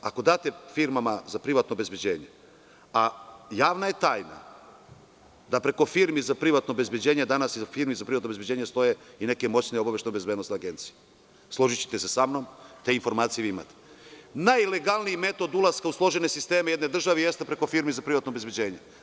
Ako date firmama za privatno obezbeđenje, a javna je tajna da iza firmi za privatno obezbeđenje stoje i neke moćne bezbednosno-obaveštajne agencije, složićete se sa mnom, te informacije vi imate, najlegalniji metod ulaska u složene sisteme jedne države jeste preko firmi za privatno obezbeđenje.